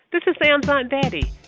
this is sam's aunt betty.